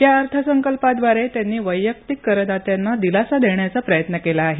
या अर्थसंकल्पाद्वारे त्यांनी वैयक्तिक करदात्यांना दिलासा देण्याचा प्रयत्न केला आहे